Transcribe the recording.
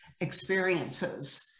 experiences